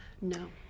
No